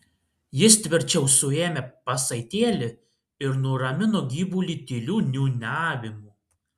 jis tvirčiau suėmė pasaitėlį ir nuramino gyvulį tyliu niūniavimu